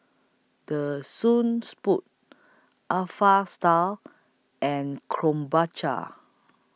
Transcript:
The Soon Spoon Alpha Style and Krombacher